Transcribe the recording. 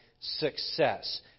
success